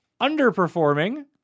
underperforming